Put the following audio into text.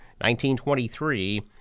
1923